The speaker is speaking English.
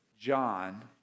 John